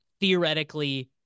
theoretically